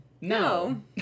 No